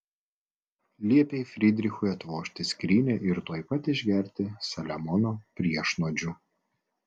liepei frydrichui atvožti skrynią ir tuoj pat išgerti saliamono priešnuodžių